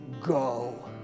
go